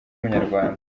w’umunyarwanda